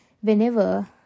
whenever